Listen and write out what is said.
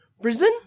Brisbane